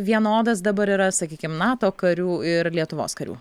vienodas dabar yra sakykim nato karių ir lietuvos karių